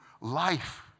life